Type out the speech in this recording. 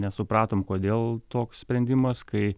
nesupratom kodėl toks sprendimas kai